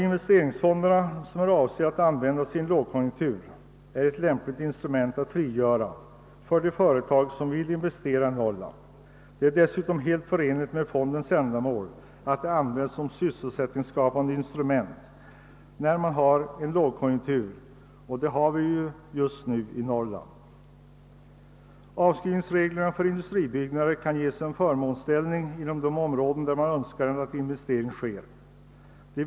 Investeringsfonderna, som är avsedda att användas i en lågkonjunktur, är ett lämpligt instrument att frigöra för de företag som vill investera i Norrland. Detta vore dessutom helt förenligt med fondernas ändamål, som är att dessa skall användas som sysselsättningsskapande instrument när man har en lågkonjunktur, och det har vi just nu i Norrland. Avskrivningsreglerna för industribyggnader kan göras förmånligare inom de områden där man önskar att investering skall ske.